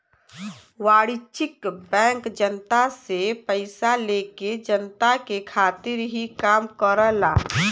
वाणिज्यिक बैंक जनता से पइसा लेके जनता के खातिर ही काम करला